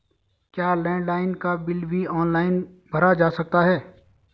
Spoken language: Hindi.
क्या लैंडलाइन का बिल भी ऑनलाइन भरा जा सकता है?